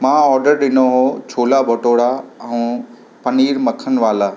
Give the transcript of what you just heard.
मां ऑडर ॾिनो हुओ छोला भटोरा ऐं पनीर मक्खन वाला